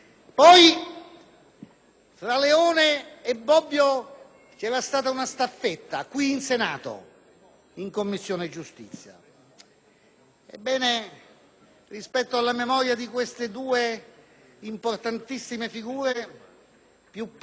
fra Leone e Bobbio c'era stata una staffetta qui in Senato in Commissione giustizia. Ebbene, rispetto alla memoria di queste due importantissime figure più passano gli anni